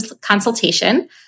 consultation